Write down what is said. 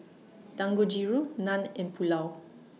Dangojiru Naan and Pulao